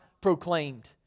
proclaimed